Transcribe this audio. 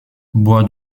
bois